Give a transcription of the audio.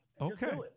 Okay